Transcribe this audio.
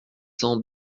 cents